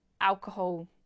alcohol